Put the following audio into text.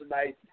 tonight